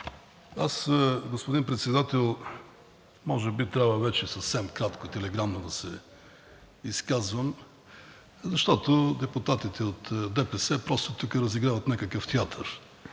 Аз, господин Председател, може би трябва вече съвсем кратко, телеграмно да се изказвам, защото депутатите от ДПС просто тук разиграват някакъв театър